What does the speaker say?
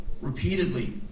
repeatedly